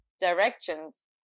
directions